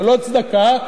ללא צדקה,